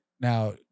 Now